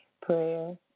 prayer